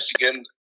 Michigan